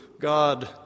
God